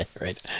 right